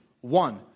One